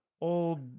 old